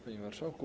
Panie Marszałku!